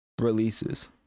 releases